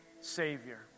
Savior